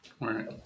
Right